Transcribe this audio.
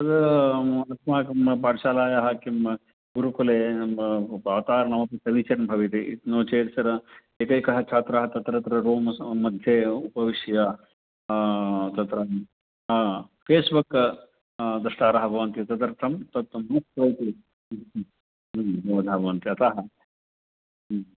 तत् अस्माकं पाठशालायाः किं गुरुकुले वातावरणमपि समीचीनं भविति नो चेत् तदा एकैकः छात्राः तत्र तत्र रूम् मध्ये उपविश्य तत्र फ़ेस्बुक् द्रष्टारः भवन्ति तदर्थं तत् भवन्ति अतः